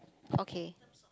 okay